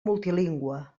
multilingüe